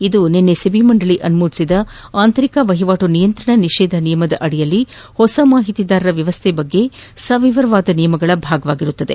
ಇದು ನಿನ್ನೆ ಸೆಬಿ ಮಂಡಳಿ ಅನುಮೋದಿಸಿದ ಆಂತರಿಕ ವಹಿವಾಟು ನಿಯಂತ್ರಣ ನಿಷೇಧ ನಿಯಮಗಳಡಿಯಲ್ಲಿ ಹೊಸ ಮಾಹಿತಿದಾರರ ವ್ಯವಸ್ಥೆ ಕುರಿತ ಸವಿವರವಾದ ನಿಯಮಗಳ ಭಾಗವಾಗಿದೆ